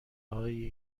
هایی